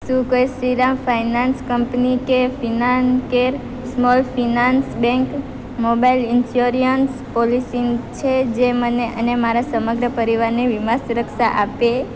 શું કોઈ Shriram finance company કે Fincare small finance bank mobile insurance policy છે જે મને અને મારા સમગ્ર પરિવારને વીમા સુરક્ષા આપે